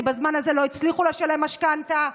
כי בזמן הזה לא הצליחו לשלם משכנתה,